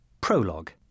Prologue